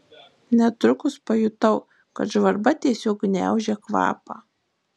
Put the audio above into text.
netrukus pajutau kad žvarba tiesiog gniaužia kvapą